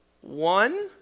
One